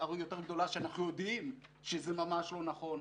גדולה ואנחנו יודעים שזה ממש לא נכון.